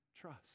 trust